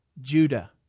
Judah